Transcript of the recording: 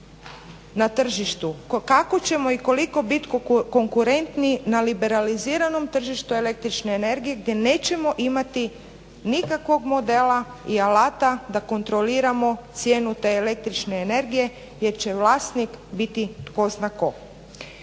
na tržištu. Kako ćemo i koliko biti konkurentni na liberaliziranom tržištu električne energije gdje nećemo imati nikakvog modela i alata da kontroliramo cijenu te električne energije jer će vlasnik biti tko zna tko.